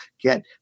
get